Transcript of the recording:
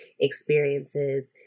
experiences